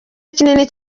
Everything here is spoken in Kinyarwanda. kinini